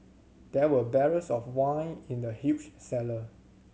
there were barrels of wine in the huge cellar